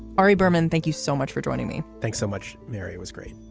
ari berman, thank you so much for joining me. thanks so much. mary was great.